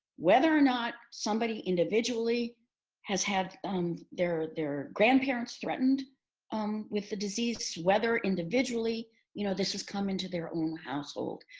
whether or not somebody individually has had um their their grandparents threatened um with the disease, whether individually you know this has coming to their own household.